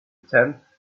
tenth